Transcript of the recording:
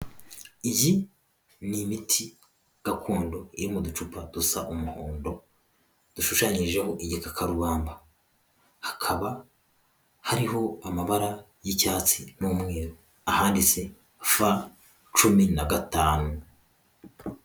Iyi ni imiti gakondo iri mu ducupa dusa umuhondo dushushanyijeho igikakarubanda, hakaba hariho amabara y'icyatsi n'umweru ahanditse fa cumi na gatanu.